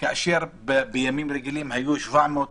כאשר בימים רגילים היו 700,